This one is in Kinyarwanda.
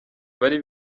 bari